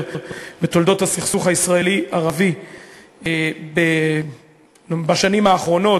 בתולדות הסכסוך הישראלי ערבי בשנים האחרונות,